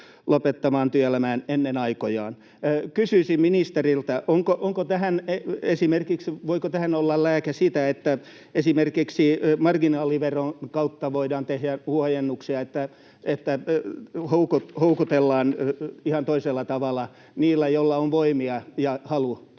lopettamaan työelämän ennen aikojaan. Kysyisin ministeriltä: voiko lääke tähän olla se, että esimerkiksi marginaaliveron kautta voidaan tehdä huojennuksia, että houkutellaan ihan toisella tavalla niitä, joilla on voimia ja halua jatkaa